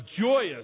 joyous